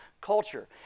culture